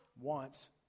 wants